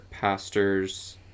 pastors